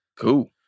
Cool